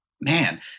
man